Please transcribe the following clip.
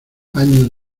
años